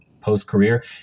post-career